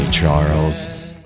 Charles